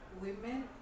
women